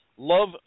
Love